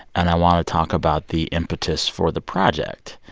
and i want to talk about the impetus for the project.